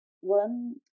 one